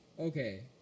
Okay